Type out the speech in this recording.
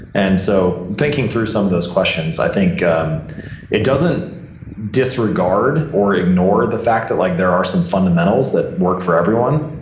and so thinking through some of those questions, i think um it doesn't disregard or ignore the fact that like there are some fundamentals that work for everyone,